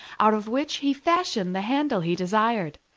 out of which he fashioned the handle he desired.